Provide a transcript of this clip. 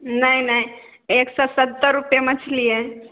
नहि नहि एक सए सत्तर रुपैये मछली हय